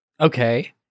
Okay